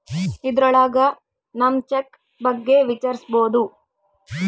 ಇದ್ರೊಳಗ ನಮ್ ಚೆಕ್ ಬಗ್ಗೆ ವಿಚಾರಿಸ್ಬೋದು